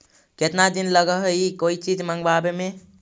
केतना दिन लगहइ कोई चीज मँगवावे में?